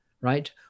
Right